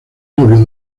novio